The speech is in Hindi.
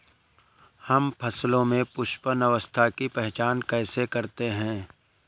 हम फसलों में पुष्पन अवस्था की पहचान कैसे करते हैं?